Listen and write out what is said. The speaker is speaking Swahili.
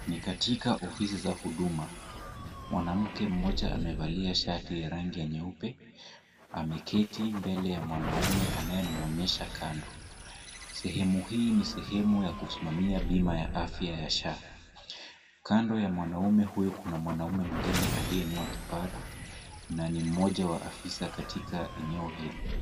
Ni katika ofisi za huduma. Mwanamke mmoja amevalia shati ya rangi ya nyeupe, ameketi mbele ya mwanaume anayemwonyesha kando. Sehemu hii ni sehemu ya kusimamia bima ya afya ya SHA. Kando ya mwanaume huyu kuna mwanaume mwingine aliyenyoa kipara na ni mmoja wa afisa katika eneo hili.